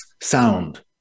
sound